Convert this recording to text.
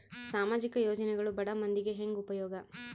ಸಾಮಾಜಿಕ ಯೋಜನೆಗಳು ಬಡ ಮಂದಿಗೆ ಹೆಂಗ್ ಉಪಯೋಗ?